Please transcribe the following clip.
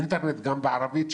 יש לנו דף באינטרנט בערבית,